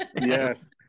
Yes